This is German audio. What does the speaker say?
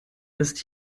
ist